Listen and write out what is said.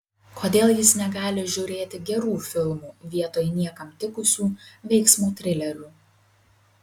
kodėl jis negali žiūrėti gerų filmų vietoj niekam tikusių veiksmo trilerių